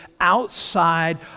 outside